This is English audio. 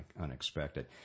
unexpected